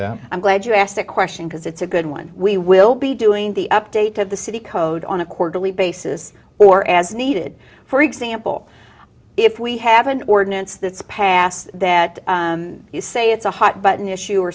that i'm glad you asked that question because it's a good one we will be doing the update of the city code on a quarterly basis or as needed for example if we have an ordinance that's passed that you say it's a hot button issue or